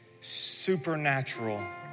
supernatural